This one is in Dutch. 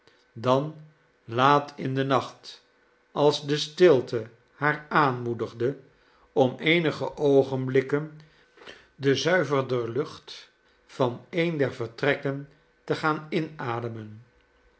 dan laat in den nacht als de stilte haar aanmoedigde om eenige oogenblikken de zuiverder lucht van een der vertrekken te gaan inademen